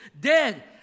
dead